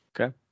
Okay